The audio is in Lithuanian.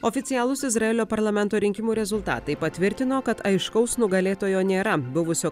oficialus izraelio parlamento rinkimų rezultatai patvirtino kad aiškaus nugalėtojo nėra buvusio